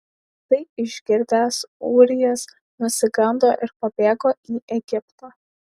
tai išgirdęs ūrijas nusigando ir pabėgo į egiptą